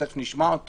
שתיכף נשמע אותו,